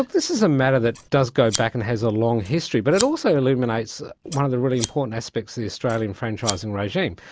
this is a matter that does go back and has a long history, but it also illuminates one of the really important aspects of the australian franchising regime,